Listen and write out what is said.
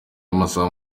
y’amasaha